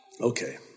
Okay